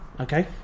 Okay